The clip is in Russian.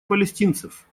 палестинцев